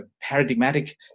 paradigmatic